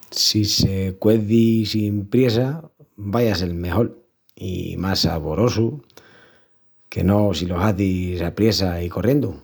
Si se cuezi sin priessa vai a sel mejol i más saborosu que no si lo hazis apriessa i corriendu.